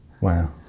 Wow